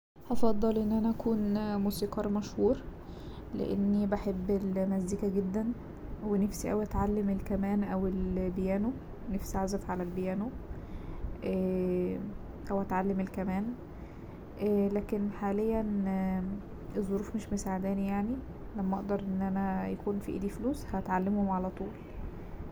هفضل ان انا اكون موسيقار مشهور لأني بحب المزيكا جدا ونفسي اوي اتعلم الكمان او البيانو نفسي اعزف على البيانو أو اتعلم الكمان لكن حاليا الظروف مش مساعداني يعني لما اقدر ان انا يكون في ايدي فلوس هتعلمهم على طول.